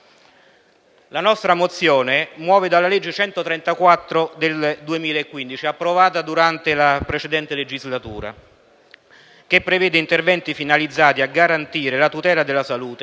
La nostra mozione muove dalla legge n. 134 del 2015, approvata durante la precedente legislatura, che prevede interventi finalizzati a garantire la tutela della salute,